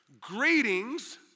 greetings